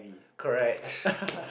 correct